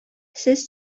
сез